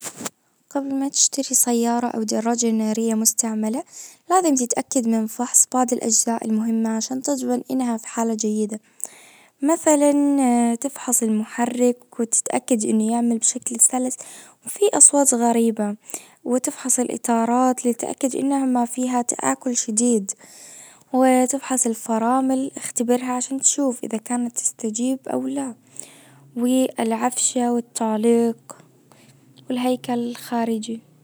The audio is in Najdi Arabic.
قبل ما تشتري سيارة او دراجة نارية مستعملة بعدين تتأكد من فحص بعض الأجزاء المهمةوتظمن انها في حالة جيدة مثلا تفحص المحرك وتتأكد انه يعمل بشكل سلس وفي اصوات غريبة وتفحص الاطارات لتأكد انها ما فيها تآكل شديد وتفحص الفرامل اختبرها عشان تشوف اذا كانت تستجيب او لا والعفشة والتعليق والهيكل الخارجي.